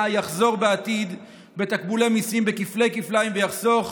יחזור בעתיד בתקבולי מיסים כפלי-כפליים ויחסוך